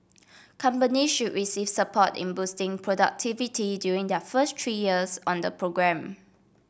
company should receive support in boosting productivity during their first three years on the programme